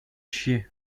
chier